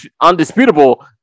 undisputable